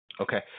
Okay